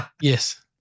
Yes